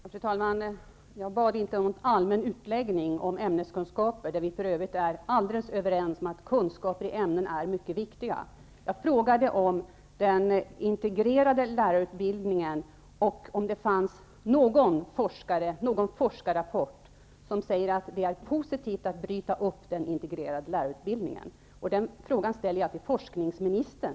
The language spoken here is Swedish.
Fru talman! Jag bad inte om någon allmän utläggning om ämneskunskaper. Vi är för övrigt alldeles överens om att kunskaper i olika ämnen är mycket viktiga. Jag frågade om den integrerade lärarutbildningen och om det fanns någon forskarrapport som säger att det är positivt att bryta upp den integrerade lärarutbildningen. Den frågan ställer jag till forskningsministern.